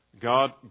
God